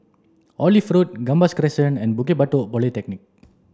Olive Road Gambas Crescent and Bukit Batok Polyclinic